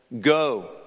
go